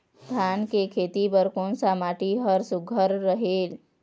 धान के खेती बर कोन सा माटी हर सुघ्घर रहेल?